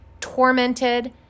tormented